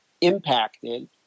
impacted